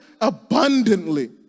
abundantly